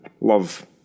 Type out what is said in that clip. love